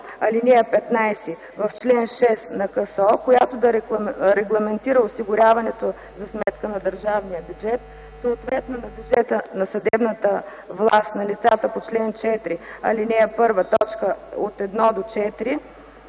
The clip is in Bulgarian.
ал. 15 на чл. 6 от КСО, която да регламентира осигуряването за сметка на държавния бюджет, съответно на бюджета на съдебната власт на лицата по чл. 4, ал.1, т.